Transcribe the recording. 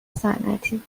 صنعتی